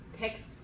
Text